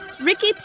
Ricky